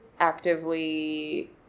Actively